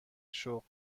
شغل